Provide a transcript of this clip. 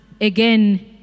again